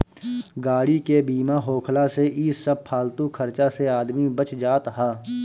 गाड़ी के बीमा होखला से इ सब फालतू खर्चा से आदमी बच जात हअ